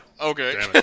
Okay